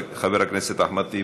חבר הכנסת אחמד טיבי,